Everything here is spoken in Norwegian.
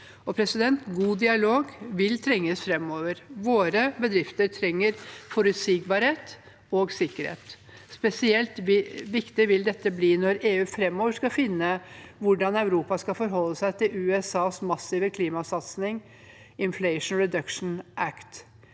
i Europa. God dialog vil trenges framover. Våre bedrifter trenger forutsigbarhet og sikkerhet. Spesielt viktig vil dette bli når EU framover skal finne ut hvordan Europa skal forholde seg til USAs massive klimasatsing Inflation Reduction Act,